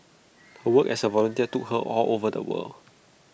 her work as A volunteer took her all over the world